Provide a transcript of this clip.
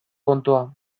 kontua